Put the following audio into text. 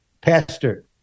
pastor